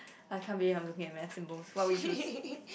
I can't believe I'm looking at math symbols what we choose